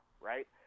right